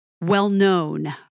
well-known